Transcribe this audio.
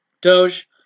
Doge